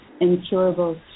incurable